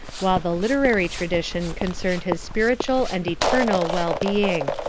while the literary tradition concerned his spiritual and eternal well-being.